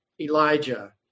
Elijah